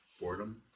boredom